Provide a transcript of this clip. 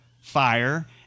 fire